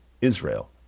Israel